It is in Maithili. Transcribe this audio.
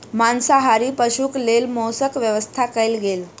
मांसाहारी पशुक लेल मौसक व्यवस्था कयल गेल